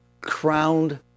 crowned